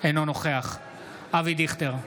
אינו נוכח אבי דיכטר,